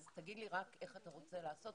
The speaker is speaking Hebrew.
אז תגיד לי רק איך אתה רוצה לעשות.